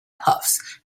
puffs